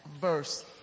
verse